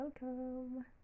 welcome